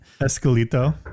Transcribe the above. Escalito